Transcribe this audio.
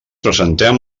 presentem